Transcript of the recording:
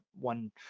one